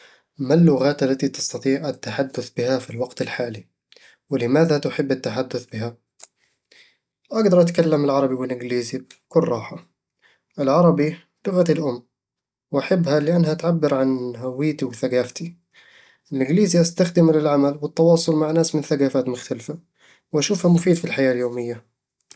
ما اللغات التي تستطيع التحدث بها في الوقت الحالي؟ ولماذا تحب التحدث بها؟ أقدر أتكلم العربي والإنجليزي بكل راحة العربي لغتي الأم، وأحبها لأنها تعبر عن هويتي وثقافتي الإنجليزي أستخدمه للعمل والتواصل مع ناس من ثقافات مختلفة، وأشوفه مفيد في الحياة اليومية